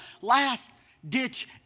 last-ditch